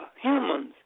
humans